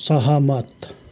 सहमत